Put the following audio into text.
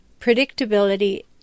predictability